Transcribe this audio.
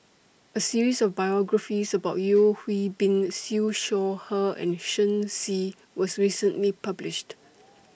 A series of biographies about Yeo Hwee Bin Siew Shaw Her and Shen Xi was recently published